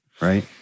Right